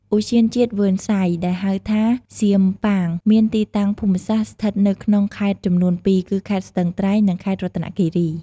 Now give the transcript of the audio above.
ឧទ្យានជាតិវ៉ើនសៃ ដែលហៅថា សៀមប៉ាង មានទីតាំងភូមិសាស្ត្រស្ថិតនៅក្នុងខេត្តចំនួនពីរគឺ ខេត្តស្ទឹងត្រែង និងខេត្តរតនគិរី។